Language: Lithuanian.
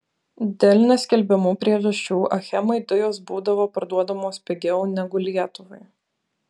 dėl neskelbiamų priežasčių achemai dujos būdavo parduodamos pigiau negu lietuvai